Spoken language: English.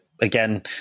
again